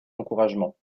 encouragements